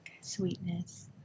sweetness